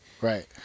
Right